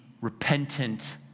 repentant